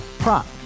Prop